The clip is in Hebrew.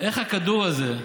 איך הכדור הזה,